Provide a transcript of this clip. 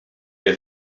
you